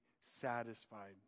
satisfied